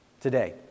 today